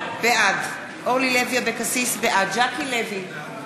בעד ז'קי לוי, בעד מיקי לוי,